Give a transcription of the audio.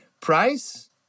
Price